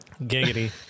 Giggity